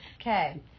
Okay